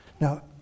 Now